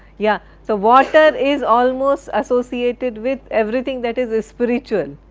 yeah so water is almost associated with everything that is ah spiritual,